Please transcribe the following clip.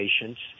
patients